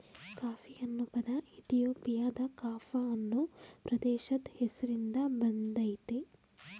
coffee ಅನ್ನೊ ಪದ ಇಥಿಯೋಪಿಯಾದ ಕಾಫ ಅನ್ನೊ ಪ್ರದೇಶದ್ ಹೆಸ್ರಿನ್ದ ಬಂದಯ್ತೆ